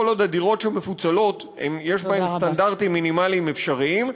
כל עוד בדירות שמפוצלות יש סטנדרטים מינימליים אפשריים.